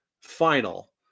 final